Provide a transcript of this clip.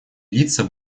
лица